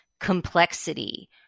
Complexity